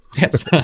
Yes